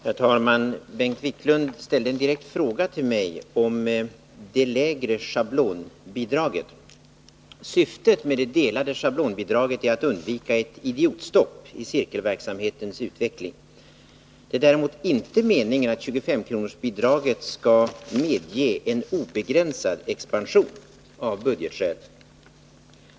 Herr talman! Bengt Wiklund ställde en direkt fråga till mig om det lägre schablonbidraget. Syftet med det delade schablonbidraget är att undvika ett ”idiotstopp” i cirkelverksamhetens utveckling. Det är däremot inte meningen att 25-kronorsbidraget av budgetskäl skall medge en obegränsad expansion.